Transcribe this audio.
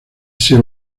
sir